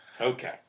Okay